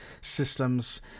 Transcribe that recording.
systems